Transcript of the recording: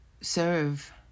serve